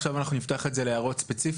עכשיו אנחנו נפתח את זה להערות ספציפיות,